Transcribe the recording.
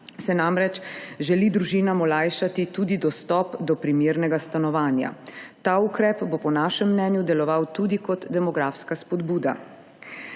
se namreč želi družinam olajšati tudi dostop do primernega stanovanja. Ta ukrep bo po našem mnenju deloval tudi kot demografska spodbuda.